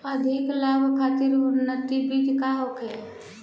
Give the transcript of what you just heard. अधिक लाभ खातिर उन्नत बीज का होखे?